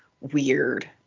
weird